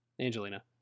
Angelina